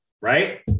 right